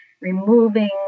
removing